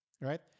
right